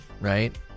right